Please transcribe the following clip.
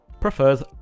prefers